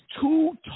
two